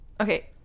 Okay